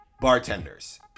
bartenders